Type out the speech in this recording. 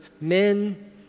men